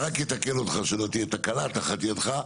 אני רק אתקן אותך, שלא תהיה תקלה תחת ידך.